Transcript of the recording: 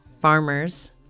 farmers